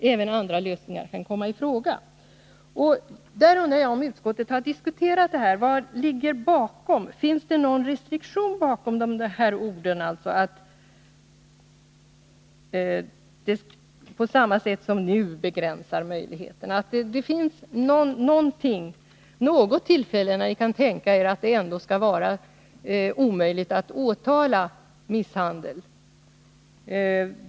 Även andra lösningar kan komma i fråga.” Jag undrar om utskottet har diskuterat det här. Vad ligger bakom? Finns det någon restriktion bakom dessa ord, så att möjligheterna begränsas på samma sätt som nu? Finns det något tillfälle då ni kan tänka er att det ändå skall vara omöjligt att åtala misshandel?